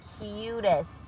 cutest